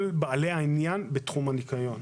העניין בתחום הניקיון.